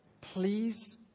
Please